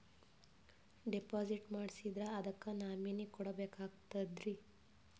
Deposit ಮಾಡ್ಸಿದ್ರ ಅದಕ್ಕ nominee ಕೊಡಬೇಕಾಗ್ತದ್ರಿ?